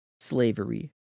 slavery